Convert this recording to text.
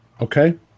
okay